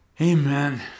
Amen